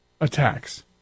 attacks